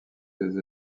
des